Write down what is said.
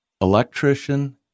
electrician